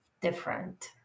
different